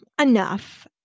enough